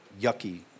yucky